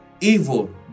evil